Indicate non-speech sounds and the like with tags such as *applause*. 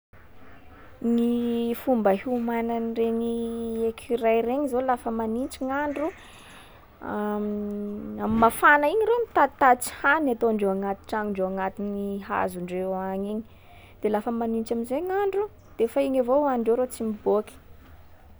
Gny fomba hiomanan’regny écureuil regny zao lafa manintsy gn'andro, *hesitation* amy mafana iny reo mitatitatitsy hany ataondreo agnaty tranondreo agnatin’ny hazondreo agny iny. De lafa manintsy am’zay gn'andro de fa iny avao hohanindreo, reo tsy miboaky.